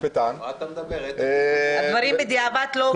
כמשפטן -- מה אתה מדבר, הדברים בדיעבד לא עובדים.